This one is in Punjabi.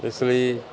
ਇਸ ਲਈ